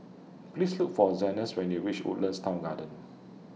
Please Look For Zenas when YOU REACH Woodlands Town Garden